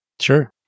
Sure